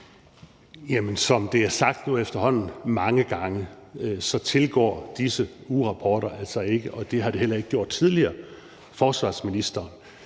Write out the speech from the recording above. Som det er blevet sagt nu efterhånden mange gange, tilgår disse ugerapporter altså ikke – og det har de heller ikke gjort tidligere – forsvarsministeren.